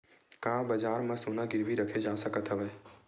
का बजार म सोना गिरवी रखे जा सकत हवय?